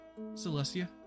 Celestia